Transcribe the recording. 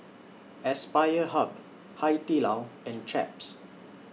Aspire Hub Hai Di Lao and Chaps